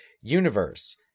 universe